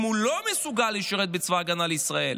אם הוא לא מסוגל לשרת בצבא ההגנה לישראל,